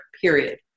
period